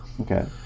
Okay